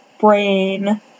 brain